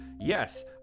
Yes